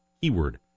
keyword